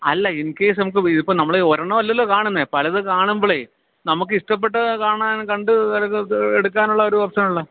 അല്ല in case നമുക്കിപ്പോള് ഇതിപ്പോള് നമ്മളൊരെണ്ണം അല്ലല്ലോ കാണുന്നത് പലതും കാണുമ്പോളെ നമുക്ക് ഇഷ്ടപ്പെട്ടത് കാണാന് കണ്ടു എടുക്കാനുള്ളൊരു ഓപ്ഷന് ഉണ്ടല്ലോ